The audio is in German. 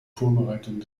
vorbereitung